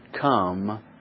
come